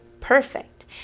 perfect